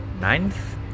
ninth